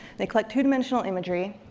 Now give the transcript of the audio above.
they collect two-dimensional imagery,